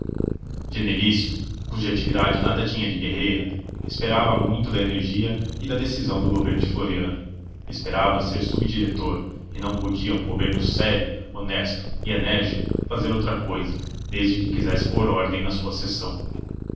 genelício cuja atividade nada tinha de guerreira esperava muito da energia e da decisão do governo de floriano esperava ser subdiretor e não podia um governo sério honesto e enérgico fazer outra cousa desde que quisesse pôr ordem na sua seção